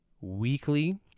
weekly